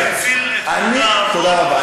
אתה מציל את כבודה האבוד, תודה רבה.